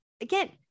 again